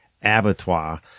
Abattoir